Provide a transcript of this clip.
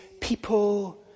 people